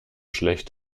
schlecht